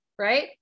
right